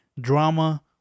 drama